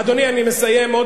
אדוני, אני מסיים.